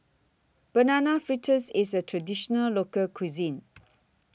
Banana Fritters IS A Traditional Local Cuisine